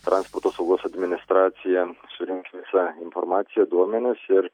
transporto saugos administracija surink visą informaciją duomenis ir